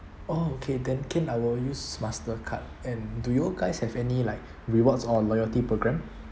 oh okay then can I will use Mastercard and do you guys have any like rewards or loyalty programme